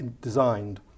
designed